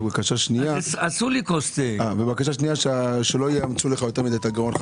ובקשה שנייה שלא יאמצו לך את הגרון יותר מדי,